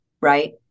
right